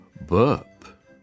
Burp